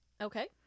Okay